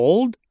Old